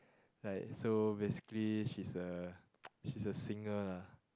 like so basically she's a she's a singer lah